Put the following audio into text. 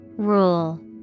Rule